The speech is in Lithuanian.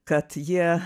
kad jie